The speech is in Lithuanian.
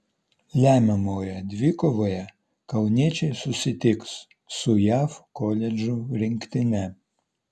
lemiamoje dvikovoje kauniečiai susitiks su jav koledžų rinktine